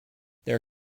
their